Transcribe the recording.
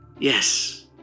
Yes